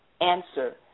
answer